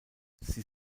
sie